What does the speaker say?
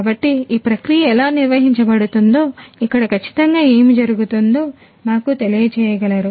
కాబట్టి ఈ ప్రక్రియ ఎలా నిర్వహించబడుతుందో ఇక్కడ ఖచ్చితంగా ఏమి జరుగుతుందో మాకు తెలియజేయగలరు